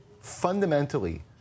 fundamentally